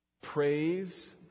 Praise